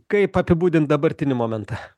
kaip apibūdint dabartinį momentą